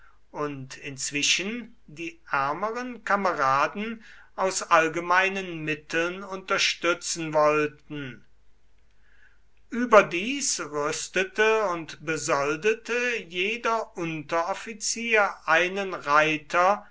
und inzwischen die ärmeren kameraden aus allgemeinen mitteln unterstützen wollten überdies rüstete und besoldete jeder unteroffizier einen reiter